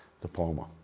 diploma